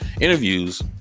interviews